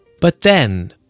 but then,